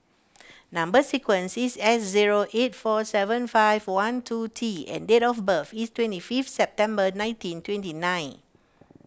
Number Sequence is S zero eight four seven five one two T and date of birth is twenty fifth September nineteen twenty nine